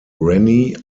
rennie